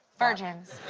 virgins.